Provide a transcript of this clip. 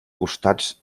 costats